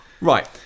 Right